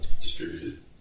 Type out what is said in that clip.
distributed